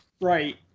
right